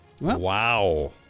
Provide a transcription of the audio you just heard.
wow